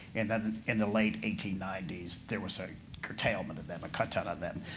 and then in the late eighteen ninety s, there were so curtailment of them, a cut-down on them.